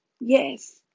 Yes